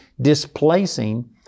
displacing